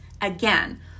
again